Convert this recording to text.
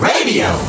Radio